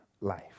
life